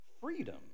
freedom